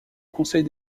conseil